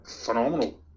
phenomenal